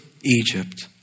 Egypt